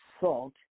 salt